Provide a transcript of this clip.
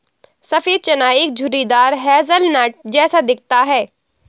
सफेद चना एक झुर्रीदार हेज़लनट जैसा दिखता है